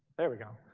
there we go.